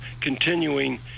continuing